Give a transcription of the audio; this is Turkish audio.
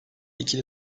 ikili